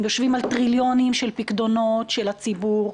הם יושבים על טריליונים של פיקדונות של הציבור,